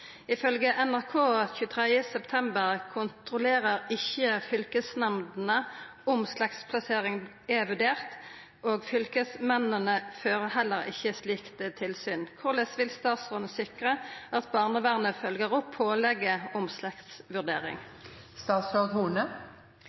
NRK 23. september kontrollerer ikkje fylkesnemndene om slektsplassering er vurdert, og fylkesmennene fører heller ikkje slikt tilsyn. Korleis vil statsråden sikre at barnevernet følgjer opp pålegget om